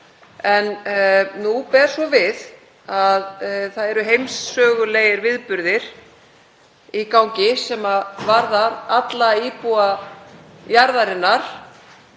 en nú ber svo við að það eru heimssögulegir viðburðir í gangi sem varða alla íbúa jarðarinnar,